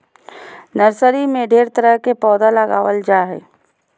nursery में ढेर तरह के पौधा लगाबल जा हइ